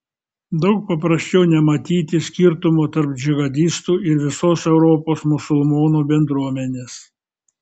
daug paprasčiau nematyti skirtumo tarp džihadistų ir visos europos musulmonų bendruomenės